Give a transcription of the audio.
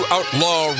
Outlaw